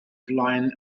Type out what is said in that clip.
flaen